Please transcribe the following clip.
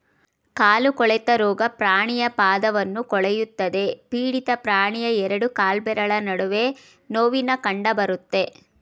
ಕಾಲು ಕೊಳೆತ ರೋಗ ಪ್ರಾಣಿಯ ಪಾದವನ್ನು ಕೊಳೆಯುತ್ತದೆ ಪೀಡಿತ ಪ್ರಾಣಿಯ ಎರಡು ಕಾಲ್ಬೆರಳ ನಡುವೆ ನೋವಿನ ಕಂಡಬರುತ್ತೆ